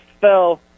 fell